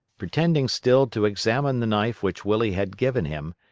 pretending still to examine the knife which willie had given him,